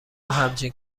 همچین